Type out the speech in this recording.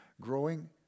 growing